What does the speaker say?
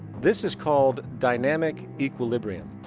this is called dynamic equilibrium.